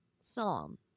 psalm